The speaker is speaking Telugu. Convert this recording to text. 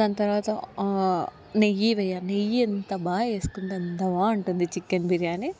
దాని తర్వాత నెయ్యి వెయ్యండి నెయ్యి ఎంత బాగా వేసుకుంటే అంత బాగుంటుంది చికెన్ బిర్యానీ